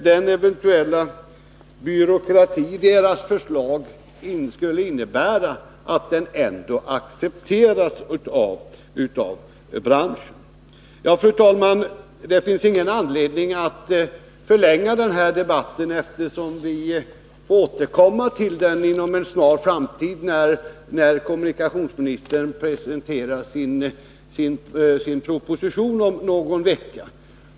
Den eventuella byråkrati deras förslag innebär tror jag ändå Nr 51 skall komma att accepteras av branschen. Måndagen den Fru talman! Det finns ingen anledning att förlänga denna debatt eftersom 14 december 1981 vi återkommer till den inom en snar framtid när kommunikationsministern om någon vecka skall presentera sin proposition.